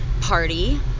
party